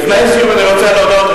לפני סיום אני רוצה להודות,